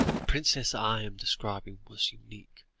princess i am describing was unique.